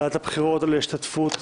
לוועדת הבחירות על ההשתתפות,